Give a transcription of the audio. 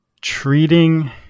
treating